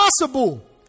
possible